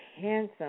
handsome